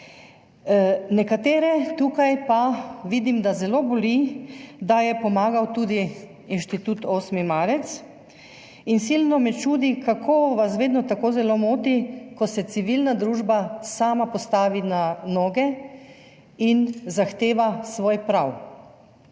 nekatere tukaj zelo boli, da je pomagal tudi Inštitut 8. marec in me silno čudi, kako vas vedno tako zelo moti, ko se civilna družba sama postavi na noge in zahteva svoj prav.